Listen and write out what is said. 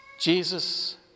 Jesus